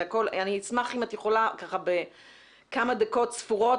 אני אשמח אם תוכלי בכמה דקות ספורות,